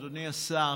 אדוני השר,